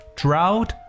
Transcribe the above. drought